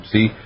See